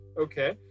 okay